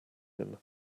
him